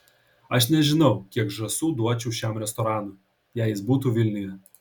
aš nežinau kiek žąsų duočiau šiam restoranui jei jis būtų vilniuje